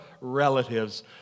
relatives